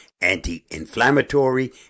anti-inflammatory